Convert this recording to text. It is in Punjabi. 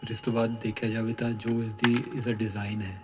ਫਿਰ ਇਸ ਤੋਂ ਬਾਅਦ ਦੇਖਿਆ ਜਾਵੇ ਤਾਂ ਜੋ ਇਸਦੀ ਇਸਦਾ ਡਿਜ਼ਾਇਨ ਹੈ